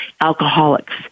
alcoholics